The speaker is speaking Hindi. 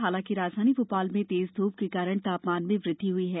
हालांकि राजधानी भोपाल में तेज धप के कारण तापमान में वृद्धि हई है